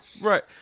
Right